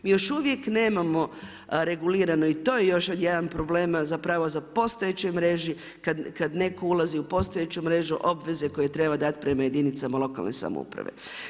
Mi još uvijek nemamo regulirano to i to je još jedan problem … za postojećoj mreži kada neko ulazi u postojeću mrežu obveze koje treba dati prema jedinicama lokalne samouprave.